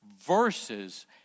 verses